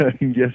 Yes